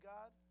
God